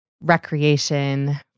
recreation